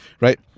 right